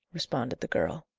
responded the girl.